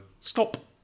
stop